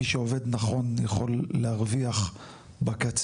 מי שעובד נכון יכול להרוויח בקצה.